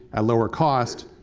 at lower cost,